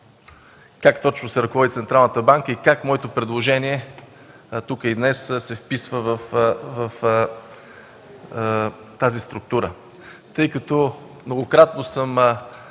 как точно се ръководи Централната банка и как тук моето предложение днес се вписва в тази структура. Многократно съм